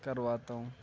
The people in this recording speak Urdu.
کرواتا ہوں